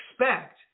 expect